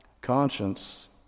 conscience